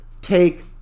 take